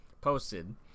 posted